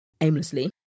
aimlessly